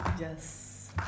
Yes